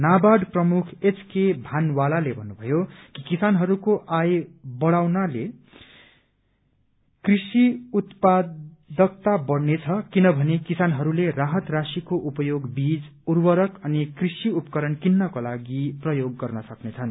नावार्ड प्रमुख एचके भानवालाले भन्नुभयो कि किसानहरूको आय बढ़ाउने उपायहरूद्वारा कृशि उत्पादकता बढ़नेछ किनभने किसानहरूले राहत राशिको उपयोग बिज उर्वरक अनि कृषि उपकरण कित्रको लागि गर्न सक्नेछन्